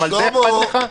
גם מזה אכפת לך?